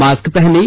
mask पहनें